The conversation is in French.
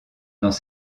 dans